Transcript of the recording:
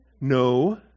No